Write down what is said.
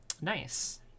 Nice